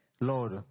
Lord